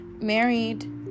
married